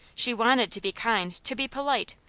she wanted to be kind, to be polite,